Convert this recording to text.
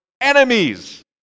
enemies